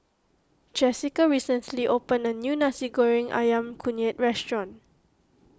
Jessica recently opened a new Nasi Goreng Ayam Kunyit restaurant